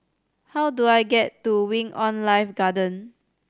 how do I get to Wing On Life Garden